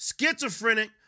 schizophrenic